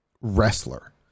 wrestler